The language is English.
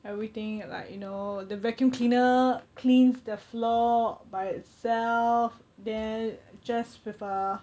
everything like you know the vacuum cleaner cleans the floor by itself then just with a